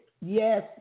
Yes